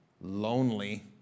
lonely